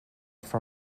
for